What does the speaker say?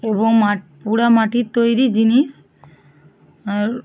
এবং মা পোড়ামাটির তৈরি জিনিস আর